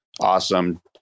awesome